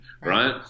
right